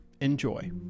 Enjoy